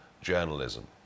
journalism